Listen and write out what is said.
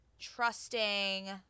trusting